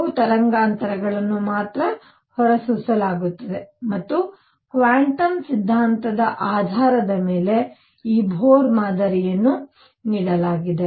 ಕೆಲವು ತರಂಗಾಂತರಗಳನ್ನು ಮಾತ್ರ ಹೊರಸೂಸಲಾಗುತ್ತದೆ ಮತ್ತು ಕ್ವಾಂಟಮ್ ಸಿದ್ಧಾಂತದ ಆಧಾರದ ಮೇಲೆ ಈ ಬೋರ್ ಮಾದರಿಯನ್ನು ನೀಡಲಾಗಿದೆ